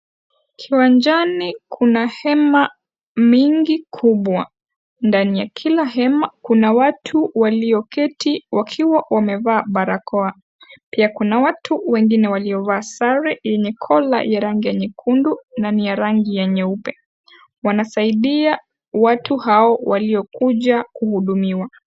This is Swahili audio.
Kiwanjani kuna hema mingi kubwa, ndani ya kila hema, kuna watu walioketi wakiwa wamevaa barakoa, pia kuna watu wengine waliovaa sare yenye collar ya rangi nyekundu na ni ya rangi ya nyeupe wanasaidia watu hawa waliokuja kuhudumiwa.